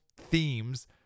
themes